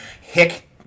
hick